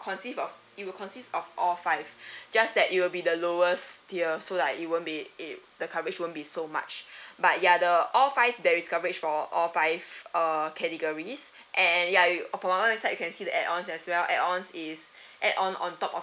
consist of it will consists of all five just that it will be the lowest tier so like it won't be it the coverage won't be so much but ya the all five there is coverage for all five uh categories and ya we upon that one inside you can see the add on as well add ons is add on on top of